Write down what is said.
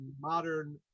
modern